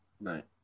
Right